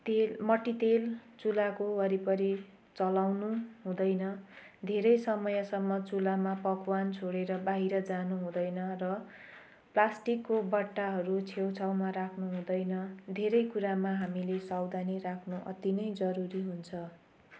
तेल मटीतेल चुल्हाको वरिपरि चलाउनु हुँदैन धेरै समयसम्म चुल्हामा पकवान छोडेर बाहिर जानु हुँदैन र प्लास्टिकको बट्टाहरू छेउ छाउमा राख्नु हुँदैन धेरै कुरामा हामीले सावधानी राख्नु अति नै जरुरी हुन्छ